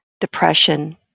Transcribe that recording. depression